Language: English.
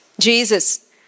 Jesus